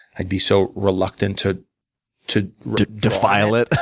i'd be so reluctant to to defile it.